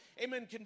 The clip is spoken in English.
amen